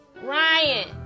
Ryan